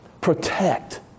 Protect